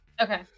Okay